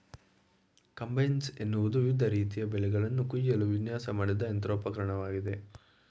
combines ಎನ್ನುವುದು ವಿವಿಧ ರೀತಿಯ ಬೆಳೆಗಳನ್ನು ಕುಯ್ಯಲು ವಿನ್ಯಾಸ ಮಾಡಿದ ಯಂತ್ರೋಪಕರಣವಾಗಿದೆ